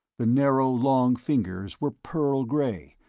the narrow, long fingers were pearl-gray,